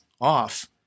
off